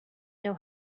know